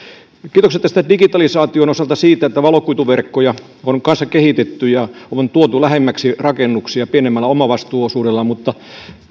kiitokset tämän digitalisaation osalta siitä että valokuituverkkoja on kanssa kehitetty ja on tuotu lähemmäksi rakennuksia pienemmällä omavastuuosuudella mutta